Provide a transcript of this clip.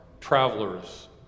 travelers